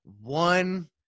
one